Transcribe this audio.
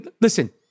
listen